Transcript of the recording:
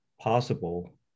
possible